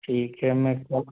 ठीक है मैं